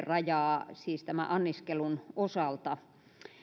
rajaa siis tämän anniskelun osalta